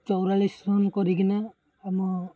ଚଉରାଳିଶ run କରିକି ନା ଆମ